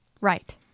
right